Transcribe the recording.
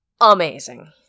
Amazing